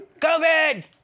COVID